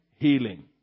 Healing